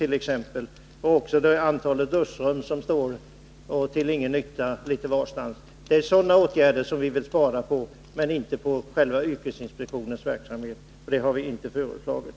Samma sak gäller också duschrum som står oanvända litet varstans. Det är sådant vi vill spara på, inte på själva yrkesinspektionens verksamhet. Det har vi inte föreslagit.